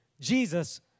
Jesus